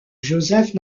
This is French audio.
joseph